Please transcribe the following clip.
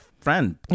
friend